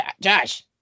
Josh